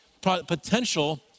potential